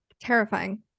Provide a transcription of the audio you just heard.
terrifying